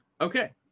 Okay